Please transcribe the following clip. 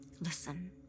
listen